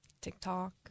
TikTok